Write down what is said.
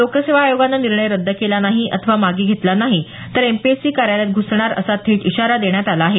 लोकसेवा आयोगाने निर्णय रद्द केला नाही अथवा मागे घेतला नाही तर एमपीएससी कार्यालयात घुसणार असा थेट इशारा देण्यात आला आहे